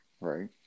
Right